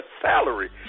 salary